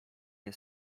nie